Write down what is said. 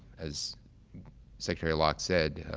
as secretary locke said,